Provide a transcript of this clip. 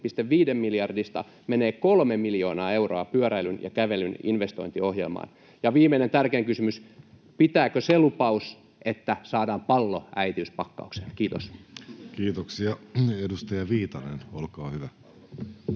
menee 3 miljoonaa euroa pyöräilyn ja kävelyn investointiohjelmaan? Ja viimeinen, tärkein kysymys: pitääkö se lupaus, että saadaan pallo äitiyspakkaukseen? — Kiitos. Kiitoksia. — Edustaja Viitanen, olkaa hyvä.